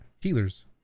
healers